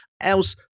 else